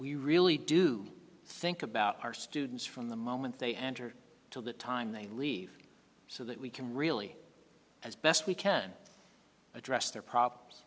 we really do think about our students from the moment they enter to the time they leave so that we can really as best we can address their problems